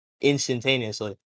instantaneously